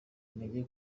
intege